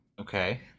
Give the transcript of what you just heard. Okay